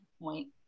point